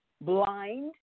blind